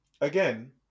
again